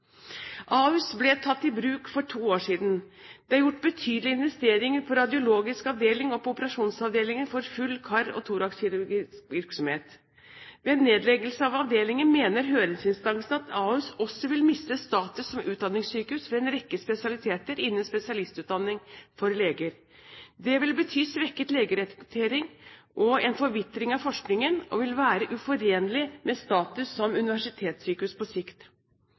ble tatt i bruk for to år siden. Det er gjort betydelige investeringer på både radiologisk avdeling og på operasjonsavdelinger for full kar- og torakskirurgisk virksomhet. Ved en nedleggelse av avdelingen mener høringsinstansene at Ahus også vil miste status som utdanningssykehus for en rekke spesialiteter innen spesialistutdanning for leger. Det vil bety svekket legerekruttering og en forvitring av forskningen, og det vil være uforenlig med status som universitetssykehus på sikt.